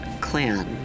clan